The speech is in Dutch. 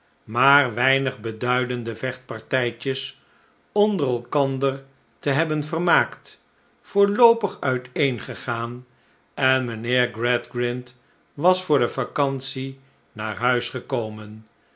maar weinig beduidende vechtpartijtjes onder elkander te nebben vermaakt voorloopig uiteengegaan en mijnheer gradgrind was voor de vacantie naar huis gekomen